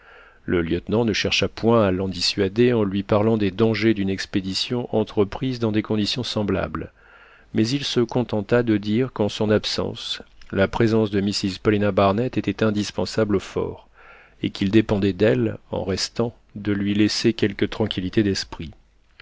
le lieutenant ne chercha point à l'en dissuader en lui parlant des dangers d'une expédition entreprise dans des conditions semblables mais il se contenta de dire qu'en son absence la présence de mrs paulina barnett était indispensable au fort et qu'il dépendait d'elle en restant de lui laisser quelque tranquillité d'esprit